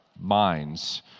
minds